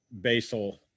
basal